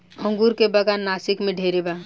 अंगूर के बागान नासिक में ढेरे बा